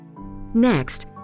Next